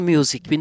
Music